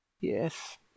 yes